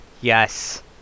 Yes